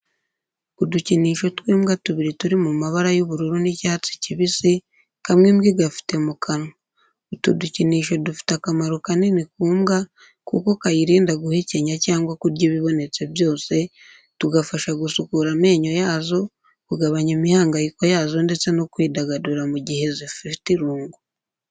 Udukinisho tw'imbwa tubiri turi mu mabara y'ubururu n'icyatsi kibisi, kamwe imbwa igafite mu kanwa. Utu dukinisho dufite akamaro kanini ku mbwa kuko kayirinda guhekenya cyangwa kurya ibibonetse byose, tugafasha gusukura amenyo yazo, kugabanya imihangayiko yazo ndetse no kwidagadura mu gihe zifite irungu.